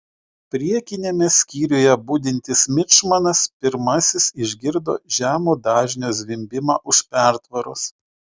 priekiniame skyriuje budintis mičmanas pirmasis išgirdo žemo dažnio zvimbimą už pertvaros